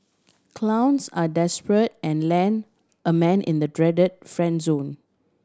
clowns are desperate and land a man in the dreaded friend zone